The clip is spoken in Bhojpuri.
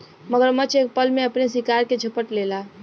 मगरमच्छ एक पल में अपने शिकार के झपट लेला